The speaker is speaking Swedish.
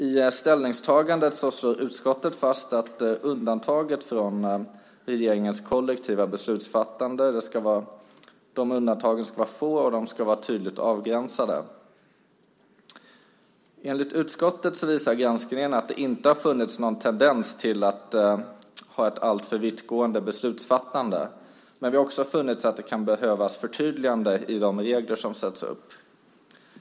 I ställningstagandet slår utskottet fast att undantagen från regeringens kollektiva beslutsfattande ska vara få och tydligt avgränsade. Enligt utskottet visar granskningen att det inte har funnits någon tendens till att ha ett alltför vittgående beslutsfattande, men vi har också funnit att det kan behövas förtydliganden i de regler som sätts upp.